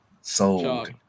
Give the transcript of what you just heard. Sold